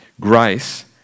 Grace